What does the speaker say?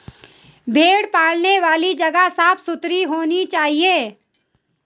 भेड़ पालने वाली जगह साफ सुथरा होना चाहिए